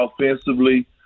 offensively